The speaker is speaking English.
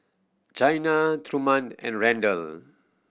Chyna Truman and Randel